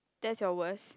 that's your worst